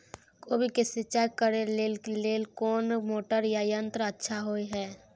कोबी के सिंचाई करे के लेल कोन मोटर या यंत्र अच्छा होय है?